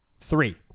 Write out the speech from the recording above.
Three